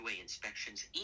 inspections